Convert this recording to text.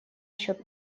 счет